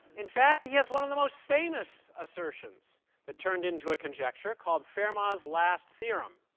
in fact, he has one of the most famous assertions that turned into a conjecture, called fermat's last theorem.